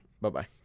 bye-bye